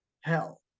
hell